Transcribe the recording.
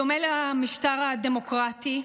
בדומה למשטר הדמוקרטי,